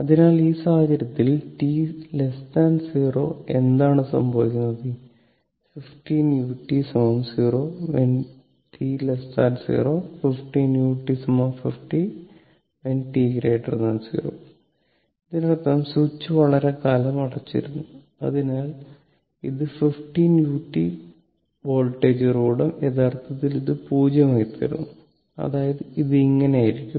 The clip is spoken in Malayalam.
അതിനാൽ ഈ സാഹചര്യത്തിൽ t 0എന്താണ് സംഭവിക്കുന്നത് 15 u 0 when t0 15 u 15 when t 0 ഇതിനർത്ഥം സ്വിച്ച് വളരെക്കാലം അടച്ചിരുന്നു അതിനർത്ഥം ഇത് 15 u വോൾട്ടേജ് ഉറവിടം യഥാർത്ഥത്തിൽ ഇത് 0 ആയിത്തീരുന്നു അതായത് ഇത് ഇങ്ങനെ ആയിരിക്കും